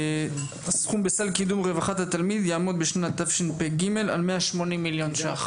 הסכום בסל קידום רווחת התלמיד יעמוד בשנת תשפ"ג על 180 מיליון ש"ח.